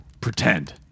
pretend